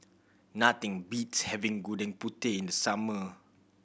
nothing beats having Gudeg Putih in the summer